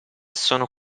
sono